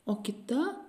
o kita